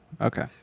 Okay